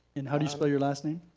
and how do you spell your last name?